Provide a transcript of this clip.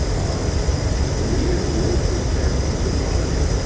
um we're we're prepared to survive.